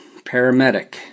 paramedic